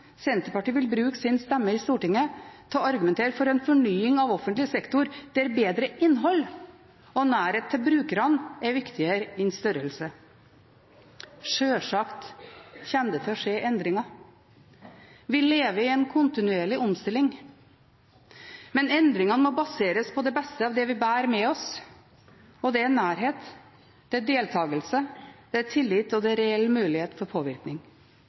Senterpartiet vil bruke sin stemme i Stortinget til å argumentere for en fornying av offentlig sektor der bedre innhold og nærhet til brukerne er viktigere enn størrelse. Sjølsagt kommer det til å skje endringer. Vi lever i en kontinuerlig omstilling. Men endringene må baseres på det beste av det vi bærer med oss, og det er nærhet, det er deltakelse, det er tillit, og det er reell mulighet til påvirkning.